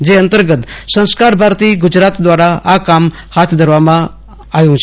જે અંતર્ગત સંસ્કાર ભારતી ગુજરાત દ્વારા આ કામ હાથ ધરવામાં અવાયું છે